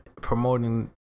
promoting